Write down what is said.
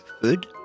food